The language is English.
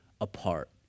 apart